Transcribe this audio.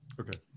Okay